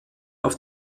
auf